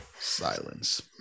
Silence